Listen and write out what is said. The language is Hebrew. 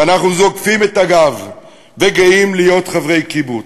ואנחנו זוקפים את הגב וגאים להיות חברי קיבוץ.